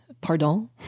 pardon